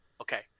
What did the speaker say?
okay